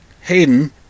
Hayden